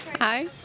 Hi